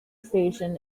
station